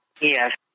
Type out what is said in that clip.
Yes